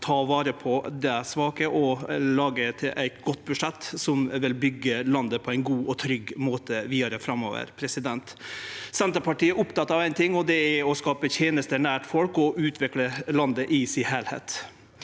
ta vare på dei svake. Det er eit godt budsjett som vil byggje landet på ein god og trygg måte vidare framover. Senterpartiet er oppteke av éin ting, og det er å skape tenester nær folk og utvikle landet i sin heilskap.